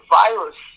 virus